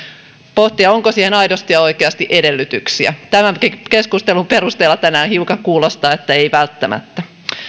pohtia onko siihen aidosti ja oikeasti edellytyksiä tämän keskustelun perusteella tänään hiukan kuulostaa että ei välttämättä